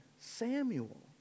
Samuel